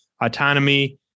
autonomy